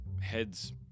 heads